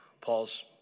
Paul's